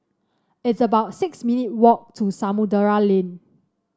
it's about six minute walk to Samudera Lane